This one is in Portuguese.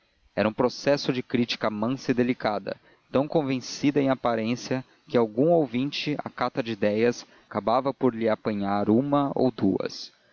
era um processo de crítica mansa e delicada tão convencida em aparência que algum ouvinte à cata de ideias acabava por lhe apanhar uma ou duas